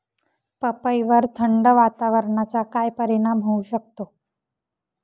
पपईवर थंड वातावरणाचा काय परिणाम होऊ शकतो?